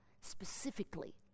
specifically